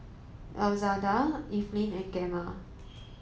Elzada Evelyn and Gemma